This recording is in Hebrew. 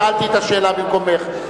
שאלתי את השאלה במקומך.